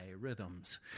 rhythms